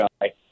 guy